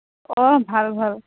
অঁ ভাল ভাল